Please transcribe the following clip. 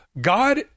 god